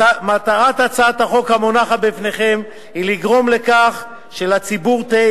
מטרת הצעת החוק המונחת בפניכם היא לגרום לכך שלציבור תהיה